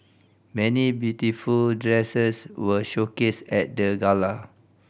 many beautiful dresses were showcased at the gala